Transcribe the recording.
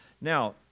Now